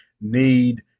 need